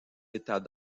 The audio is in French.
états